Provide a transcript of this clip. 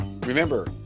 Remember